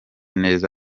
neza